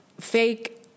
fake